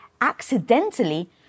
accidentally